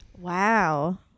Wow